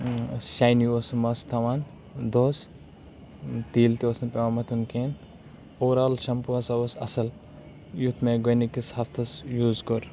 shiny اوس سُہ مَس تھاوان دۄہَس تیٖل تہِ اوس نہٕ پیٚوان مَتھُن کِہیٖنۍ اووَرآل شَمپوٗ ہَسا اوس اصل یُتھ مےٚ گۄڈنِکِس ہَفتَس یوٗز کوٚر